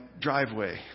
driveway